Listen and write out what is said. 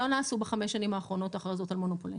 לא נעשו בחמש שנים האחרונות הכרזות על מונופולין.